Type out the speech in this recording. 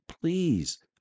please